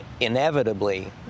inevitably